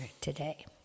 today